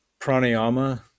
pranayama